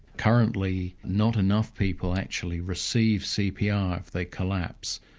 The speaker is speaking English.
currently not enough people actually receive cpr if they collapse.